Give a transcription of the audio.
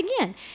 again